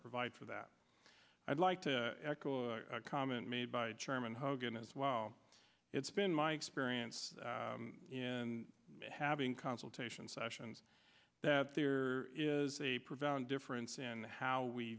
provide for that i'd like to echo a comment made by chairman hogan as well it's been my experience in having consultation sessions that there is a profound difference in how we